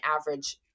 average